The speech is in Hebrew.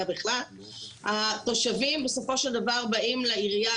בכלל שהתושבים בסופו של דבר באים לעירייה,